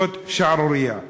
זאת שערורייה.